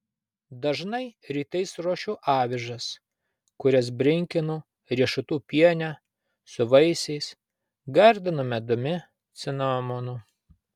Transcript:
dažnai rytais ruošiu avižas kurias brinkinu riešutų piene su vaisiais gardinu medumi cinamonu